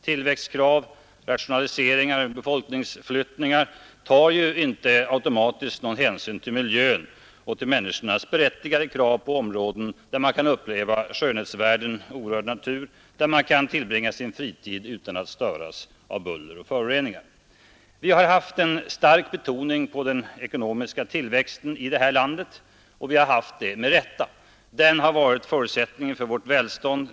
Tillväxtkrav, rationaliseringar och befolkningsflyttningar tar ju inte automatiskt någon hänsyn till miljön och till människornas berättigade krav på områden där man kan uppleva skönhetsvärden och orörd natur, där man kan tillbringa sin fritid utan att störas av buller och föroreningar. Vi har haft en stark betoning på den ekonomiska tillväxten i det här landet, och vi har haft det med rätta. Den har varit förutsättningen för vårt välstånd.